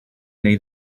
neu